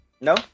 No